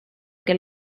que